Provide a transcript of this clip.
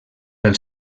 pel